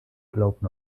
globe